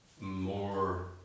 more